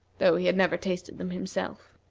though he had never tasted them himself.